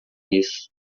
isso